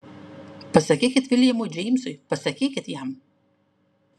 pasakykit viljamui džeimsui pasakykit jam